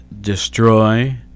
destroy